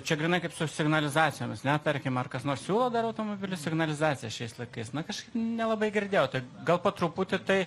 čia grynai kaip su signalizacijomis ane tarkim ar kas nors siūlo dar automobilių signalizaciją šiais laikais na kažkaip nelabai girdėjau taip gal po truputį tai